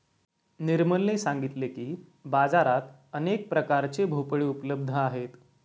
निर्मलने सांगितले की, बाजारात अनेक प्रकारचे भोपळे उपलब्ध आहेत